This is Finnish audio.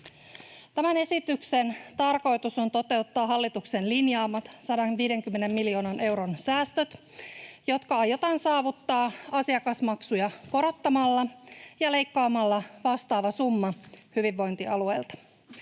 Tämän esityksen tarkoitus on toteuttaa hallituksen linjaamat 150 miljoonan euron säästöt, jotka aiotaan saavuttaa asiakasmaksuja korottamalla ja leikkaamalla vastaava summa hyvinvointialueilta.